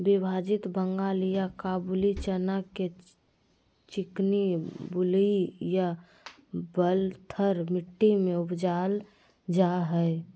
विभाजित बंगाल या काबूली चना के चिकनी बलुई या बलथर मट्टी में उपजाल जाय हइ